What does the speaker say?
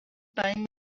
time